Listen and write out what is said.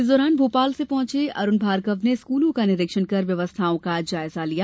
इस दौरान भोपाल से पहुंचें अरूण भार्गव ने स्कूलों का निरीक्षण कर व्यवस्थाओं का जायजा लिया